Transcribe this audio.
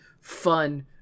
fun